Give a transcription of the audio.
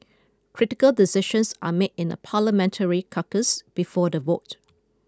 critical decisions are made in a Parliamentary caucus before the vote